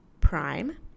Prime